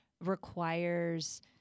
requires